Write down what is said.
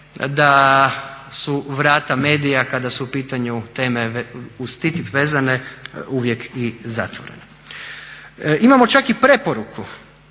da su vrata medija kada su u pitanju teme uz TTIP vezane uvijek i zatvorene. Imamo čak i preporuku